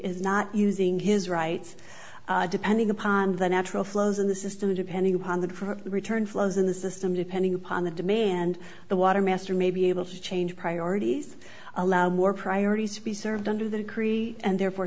is not using his right depending upon the natural flows in the system depending upon that for the return flows in the system depending upon the demand the water master may be able to change priorities allow more priorities to be served under that creek and therefore